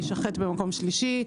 להישחט במקום שלישי.